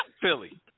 Philly